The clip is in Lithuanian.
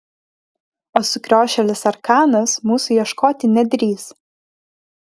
o sukriošėlis arkanas mūsų ieškoti nedrįs